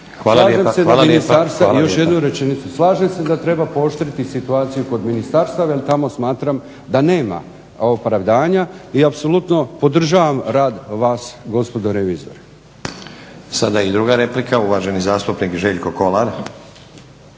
Slažem se da treba pooštriti situaciju kod ministarstava, jer tamo smatram da nema opravdanja i apsolutno podržavam rad vas gospodo revizori. **Stazić, Nenad (SDP)** Sada i druga replika uvaženi zastupnik Željko Kolar.